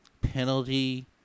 Penalty